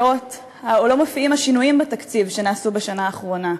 מופיעים השינויים בתקציב שנעשו בשנה האחרונה.